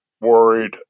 worried